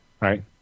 Right